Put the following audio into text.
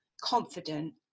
confident